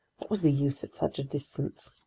what was the use at such a distance!